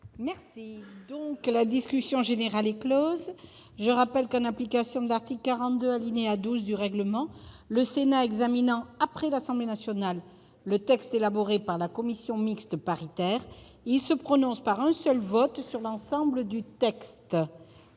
par la commission mixte paritaire. Je rappelle que, en application de l'article 42, alinéa 12 du règlement, le Sénat lorsqu'il examine après l'Assemblée nationale le texte élaboré par la commission mixte paritaire, se prononce par un seul vote sur l'ensemble du texte